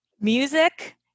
Music